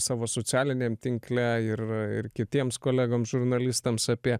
savo socialiniam tinkle ir ir kitiems kolegoms žurnalistams apie